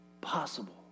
possible